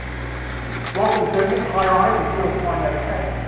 whilst it was doing it, high rise is still flying overhead,